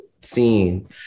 scene